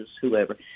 whoever